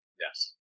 yes